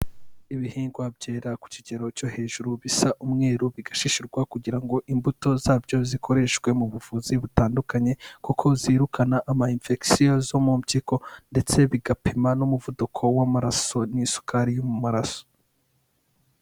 Ibihingwa byera ku kigero cyo hejuru, bisa umweru bigashishurwa kugira ngo imbuto zabyo zikoreshwe mu buvuzi butandukanye, kuko zirukana ama imfegisiyo zo mu mpyiko ndetse bigapima n'umuvuduko w'amaraso n'isukari yo mu maraso.